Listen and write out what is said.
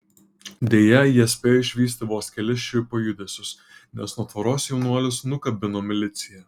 deja jie spėjo išvysti vos kelis šiuipio judesius nes nuo tvoros jaunuolius nukabino milicija